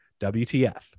WTF